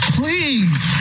Please